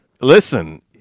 listen